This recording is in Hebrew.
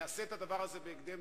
יעשה את הדבר הזה בהקדם.